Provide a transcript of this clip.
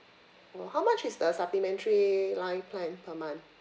oh how much is the supplementary line plan per month